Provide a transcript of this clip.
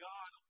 God